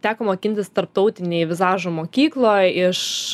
teko mokintis tarptautinėj vizažo mokykloj iš